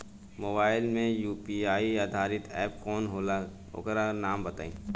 Mobile म UPI आधारित app कौन होला ओकर नाम बताईं?